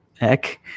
heck